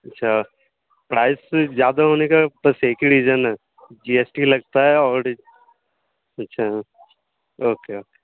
اچھا پڑائس پھر زیادہ ہونے کا بس ایک ہی ڑیجن ہے جی ایس ٹی لگتا ہے اور اچھا اوکے اوکے